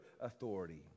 authority